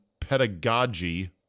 pedagogy